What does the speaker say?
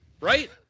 right